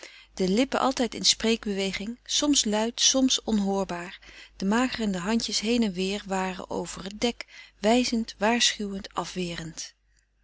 de lippen altijd in spreekbeweging soms luid soms onhoorbaar de magerende handjes heen en weer waren over het dek wijzend waarschuwend afwerend